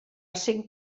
cinc